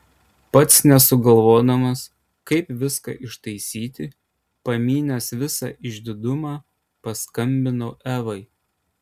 pats nesugalvodamas kaip viską ištaisyti pamynęs visą išdidumą paskambinau evai